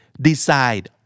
Decide